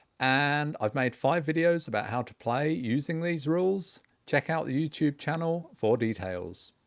and i've made five videos about how to play using these rules check out the youtube channel for details.